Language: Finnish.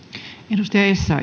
arvoisa